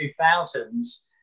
2000s